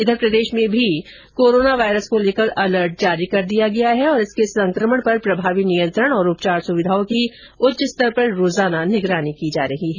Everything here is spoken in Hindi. इधर प्रदेष में भी कोरोना वायरस को लेकर अलर्ट जारी कर दिया गया है और इसके संक्रमण पर प्रभावी नियंत्रण और उपचार सुविधाओं की उच्च स्तर पर रोजाना मॉनीटरिंग की जा रही है